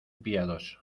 piadoso